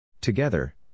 Together